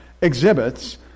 exhibits